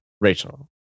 Rachel